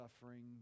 suffering